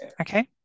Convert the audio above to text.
Okay